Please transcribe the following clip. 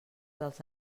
dels